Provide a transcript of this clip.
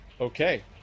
Okay